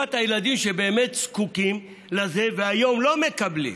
לטובת הילדים שבאמת זקוקים לזה והיום לא מקבלים.